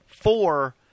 four